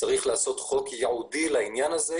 צריך לעשות חוק ייעודי לעניין הזה,